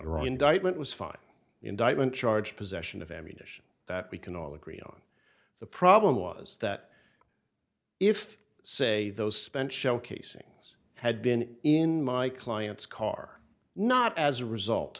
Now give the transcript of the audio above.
iraq indictment was five indictment charge possession of ammunition that we can all agree on the problem was that if say those spent shell casings had been in my client's car not as a result